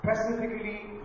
specifically